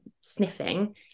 sniffing